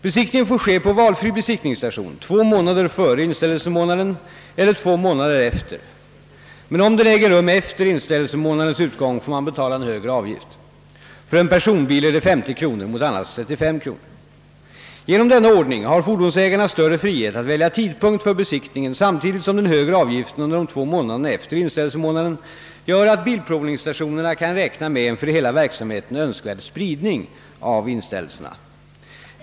Besiktningen får ske vid valfri besiktningsstation två månader före inställelsemånaden eller två månader efter, men om den äger rum efter inställelsemånadens utgång får man betala en högre avgift. För en personbil är det 50 kr. mot annars 35 kr. Genom denna ordning har fordonsägarna större frihet att välja tidpunkt för besiktningen samtidigt som den högre avgiften under de två månaderna efter inställelsemånaden gör att bilprovningsstationerna kan räkna med en för hela verksamheten önskvärd spridning av inställelserna.